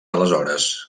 aleshores